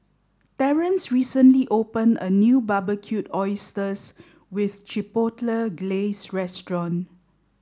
Terance recently opened a new Barbecued Oysters with Chipotle Glaze Restaurant